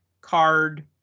card